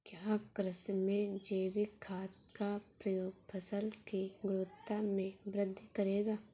क्या कृषि में जैविक खाद का प्रयोग फसल की गुणवत्ता में वृद्धि करेगा?